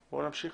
נמשיך.